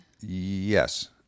Yes